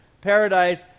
Paradise